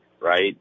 Right